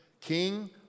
King